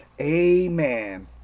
Amen